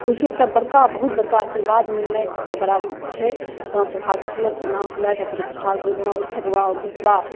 बुझू एकटा बड़का बहुत बड़का आशीर्वाद मिलनाइके बराबर छै तहन सब हाथ उठेलथि प्रणाम कएलथि फेरो प्रसादके रूपमे ओ ठेकुआ ओ भुसबा